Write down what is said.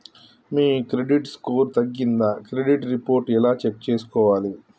మీ credit score తగ్గిందా credit report ఎలా check చేసుకోవాలి?